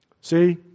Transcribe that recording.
See